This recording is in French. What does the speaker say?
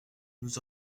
nous